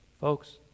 Folks